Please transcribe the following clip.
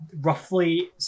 roughly